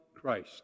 Christ